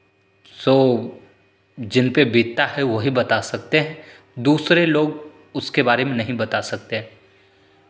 सो जिनपे बीतता है वही बता सकते हैं दूसरे लोग उसके बारे में नहीं बता सकते हैं